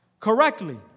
correctly